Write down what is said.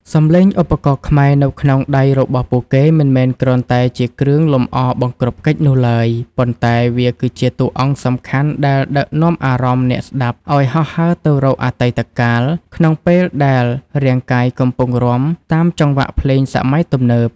សំឡេងឧបករណ៍ខ្មែរនៅក្នុងដៃរបស់ពួកគេ មិនមែនគ្រាន់តែជាគ្រឿងលម្អបង្គ្រប់កិច្ចនោះឡើយ ប៉ុន្តែវាគឺជាតួអង្គសំខាន់ដែលដឹកនាំអារម្មណ៍អ្នកស្តាប់ឱ្យហោះហើរទៅរកអតីតកាល ក្នុងពេលដែលរាងកាយកំពុងរាំតាមចង្វាក់ភ្លេងសម័យទំនើប។